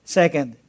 second